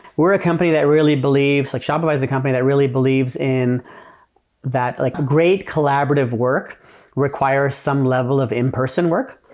we're a company that really believes like shopify is a company that really believes in that like great collaborative work requires some level of in person work.